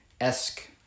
esque